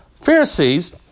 Pharisees